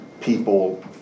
people